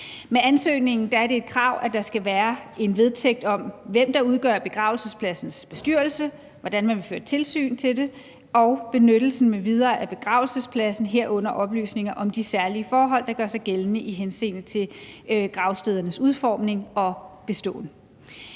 Med ansøgningen er det et krav, at der skal være en vedtægt om, hvem der udgør begravelsespladsens bestyrelse, hvordan man fører tilsyn med det, benyttelsen m.v. af begravelsespladsen, herunder oplysninger om de særlige forhold, der gør sig gældende i henseende til gravstedernes udformning og beståen.